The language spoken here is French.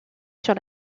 sur